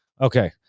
Okay